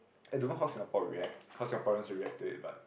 I don't know how Singapore react how Singaporeans react to it but